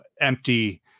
empty